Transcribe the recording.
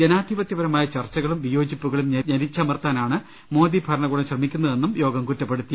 ജനാധിപത്യപരമായ ചർച്ചകളും വിയോജിപ്പുകളും ഞെരിച്ചമർത്താനാണ് മോദി ഭരണകൂടം ശ്രമിക്കു ന്നതെന്നും യോഗം കുറ്റപ്പെടുത്തി